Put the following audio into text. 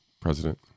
President